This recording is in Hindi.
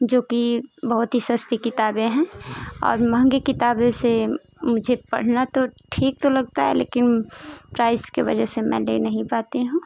जो कि बहुत ही सस्ती किताबें हैं और मंहगे किताबें से मुझे पढ़ना तो ठीक तो लगता है लेकिन प्राइस के वजह से मैं ले नहीं पाती हूँ